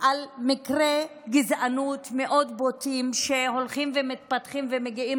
על מקרי גזענות מאוד בוטים שהולכים ומתפתחים ומגיעים